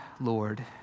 Lord